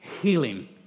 healing